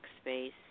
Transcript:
space